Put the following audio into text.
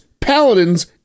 paladins